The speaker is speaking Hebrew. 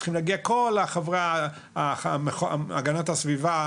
צריכים להגיע על חברי הגנת הסביבה.